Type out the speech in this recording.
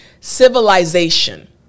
civilization